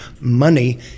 money